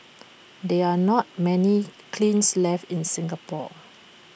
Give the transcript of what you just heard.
there are not many kilns left in Singapore